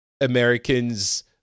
Americans